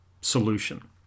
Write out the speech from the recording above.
solution